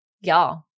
y'all